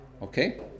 Okay